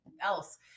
else